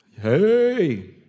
Hey